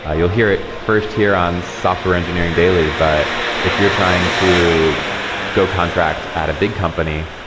ah you'll hear it first here on software engineering daily. but if you're trying to go contract at a big company,